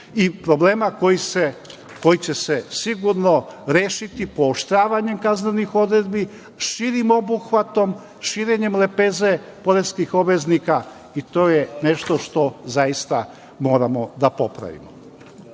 problema koji se će se sigurno rešiti pooštravanjem kaznenih odredbi, širim obuhvatom, širenjem lepeze poreskih obveznika i to je nešto što moramo da popravimo. Kao